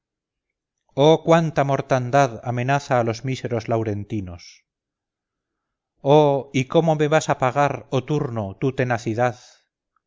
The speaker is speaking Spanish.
oh cuánta mortandad amenaza a los míseros laurentinos oh y cómo me vas a pagar oh turno tu tenacidad